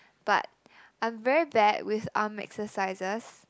but I'm very bad with arm exercises